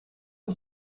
uns